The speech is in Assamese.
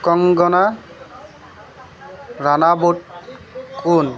কংগনা ৰানাৱট কোন